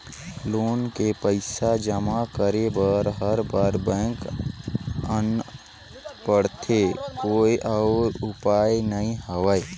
Loan के पईसा जमा करे बर हर बार बैंक आना पड़थे कोई अउ उपाय नइ हवय?